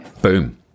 Boom